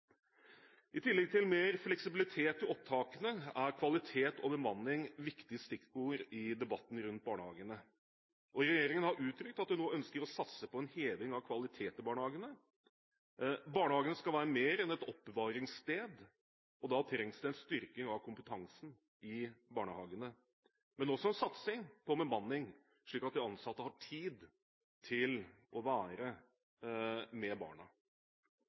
I tillegg til mer fleksibilitet i opptakene er kvalitet og bemanning viktige stikkord i debatten rundt barnehagene. Regjeringen har uttrykt at de nå ønsker å satse på en heving av kvaliteten i barnehagene. Barnehagene skal være mer enn et oppbevaringssted, og da trengs det en styrking av kompetansen i barnehagene, men også en satsing på bemanning, slik at de ansatte har tid til å være med barna.